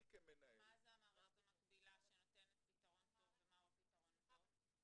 מה זו המערכת המקבילה שנותנת פתרון טוב ומה הוא הפתרון הטוב?